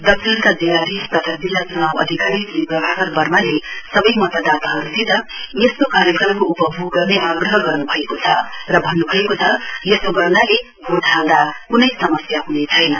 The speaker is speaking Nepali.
दक्षिणका जिल्लाधीश तथा जिल्ला च्नाउ अधिकारी श्री प्रभाकर वर्माले सबै मतदाताहरूसित यस्तो कार्यक्रमबारे उपभोग गर्ने आग्रह गर्न् भएको छ र भन्न्भएको छ यसो गर्नाले भोट हाल्दा क्नै समस्या हनेछैन